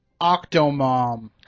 Octomom